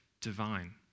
divine